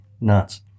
nuts